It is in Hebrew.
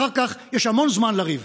אחר כך יש המון זמן לריב.